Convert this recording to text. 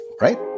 right